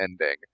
ending